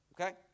okay